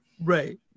right